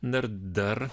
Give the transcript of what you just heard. na ir dar